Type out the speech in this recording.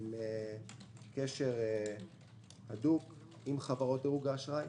עם קשר הדוק עם חברות דירוג האשראי,